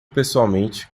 pessoalmente